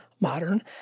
modern